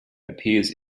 appears